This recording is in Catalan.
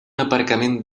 aparcament